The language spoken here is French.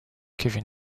kevin